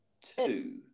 Two